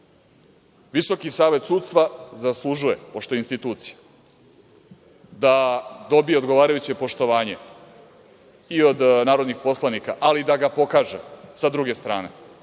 dame i gospodo, VSS zaslužuje, pošto je institucija, da dobije odgovarajuće poštovanje i od narodnih poslanika, ali i da ga pokažu sa druge strane